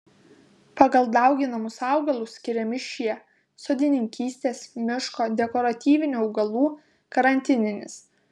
pagal dauginamus augalus skiriami šie sodininkystės miško dekoratyvinių augalų karantininis